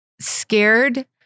scared